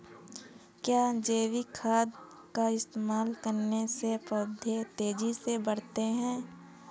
क्या जैविक खाद का इस्तेमाल करने से पौधे तेजी से बढ़ते हैं?